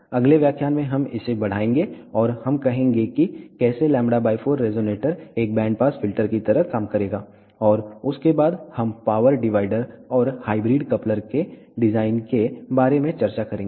अगले व्याख्यान में हम इसे बढ़ाएंगे और हम कहेंगे कि कैसे λ 4 रेजोनेटर एक बैंड पास फिल्टर की तरह काम करेगा और उसके बाद हम पावर डिवाइडर और हाइब्रिड कपलर के डिजाइन के बारे में चर्चा करेंगे